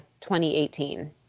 2018